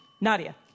Nadia